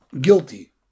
guilty